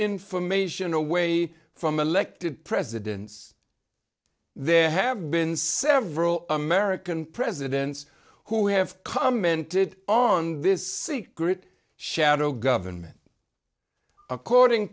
information away from elected presidents there have been several american presidents who have commented on this great shadow government according